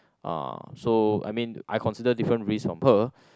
uh so I mean I consider different risk on pearl